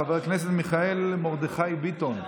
חבר הכנסת מיכאל מרדכי ביטון,